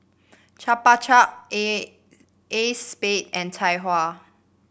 Chupa Chup A Acexspade and Tai Hua